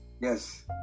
Yes